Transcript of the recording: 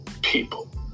People